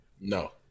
no